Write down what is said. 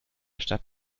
stadt